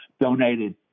donated